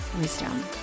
wisdom